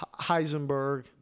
Heisenberg